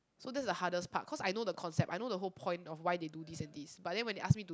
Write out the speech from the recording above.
so that's the hardest part cause I know the concept I know the whole point of why they do this and this but then when they ask me to